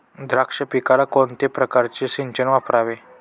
द्राक्ष पिकाला कोणत्या प्रकारचे सिंचन वापरावे?